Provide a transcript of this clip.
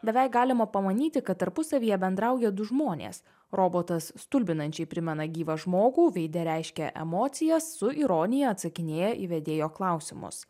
beveik galima pamanyti kad tarpusavyje bendrauja du žmonės robotas stulbinančiai primena gyvą žmogų veide reiškia emocijas su ironija atsakinėja į vedėjo klausimus